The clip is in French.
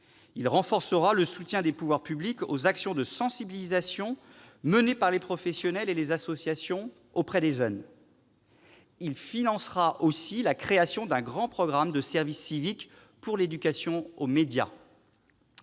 Il renforcera le soutien des pouvoirs publics aux actions de sensibilisation menées par les professionnels et les associations auprès des jeunes. Il financera aussi la création d'un grand programme de service civique pour l'éducation aux médias.